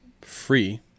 free